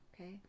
Okay